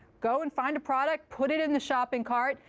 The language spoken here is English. go and find a product, put in the shopping cart,